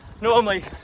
normally